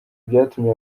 byatumye